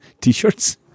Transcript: T-shirts